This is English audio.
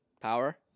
Power